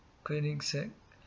Koenigsegg